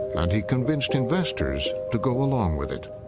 and he convinced investors to go along with it.